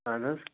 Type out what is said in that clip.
اہن حظ